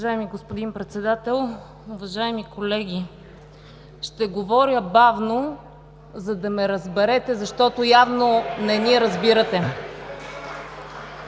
Уважаеми господин Председател, уважаеми колеги! Ще говоря бавно, за да ме разберете, защото явно не ни разбирате.